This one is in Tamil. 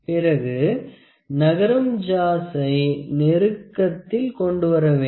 பிறகு நகரும் ஜாவை நெருக்கத்தில் கொண்டுவர வேண்டும்